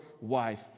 wife